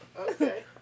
okay